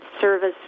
service